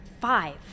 five